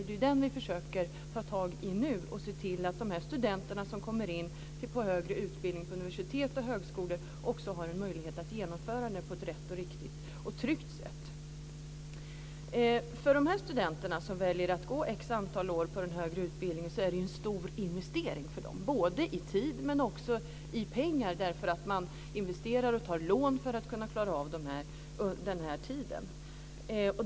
Det är den vi försöker ta tag i nu och se till att de studenter som kommer in på högre utbildning inom universitet och högskolor också har en möjlighet att genomföra den på ett riktigt och tryggt sätt. Det är en stor investering i tid och i pengar för de studenter som väljer att gå ett visst antal år på en högre utbildning. De tar lån för att klara tiden.